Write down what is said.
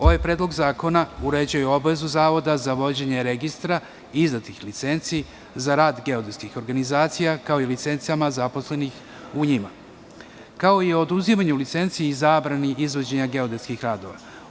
Ovaj predlog zakona uređuje obavezu zavoda za vođenje registra, izdatih licenci za rad geodetskih organizacija, kao i licencama zaposlenih u njima, kao i o oduzimanju licenci i zabrani izvođenja geodetskih radova.